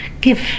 give